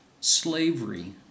slavery